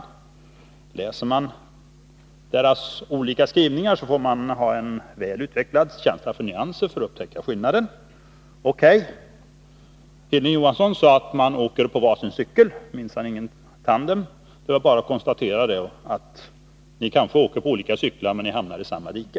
Men läser man deras olika skrivningar, får man ha en väl utvecklad känsla för nyanser för att upptäcka skillnaden. Hilding Johansson sade alltså att man åker på varsin cykel minsann. Jag konstaterar att ni kanske gör det, men att ni hamnar i samma dike.